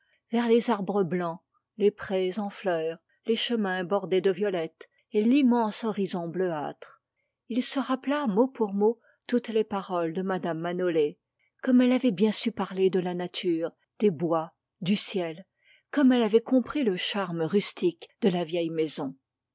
vers les arbres blancs les prés en fleur les chemins bordés de violettes et l'immense horizon bleuâtre il se rappela mot pour mot toutes les paroles de mme manolé comme elle avait bien su parler des bois du ciel comme elle avait compris le charme de la vieille maison